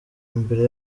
imbere